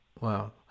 Wow